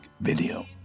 video